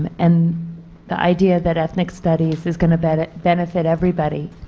and the idea that ethnic studies is going to benefit benefit everybody,